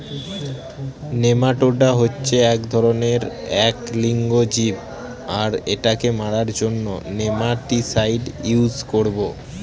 nematoda হচ্ছে এক ধরনের এক লিঙ্গ জীব আর এটাকে মারার জন্য নেমাটিসাইড ইউস করবো